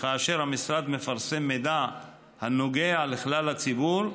וכאשר המשרד מפרסם מידע הנוגע לכלל הציבור,